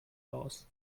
aus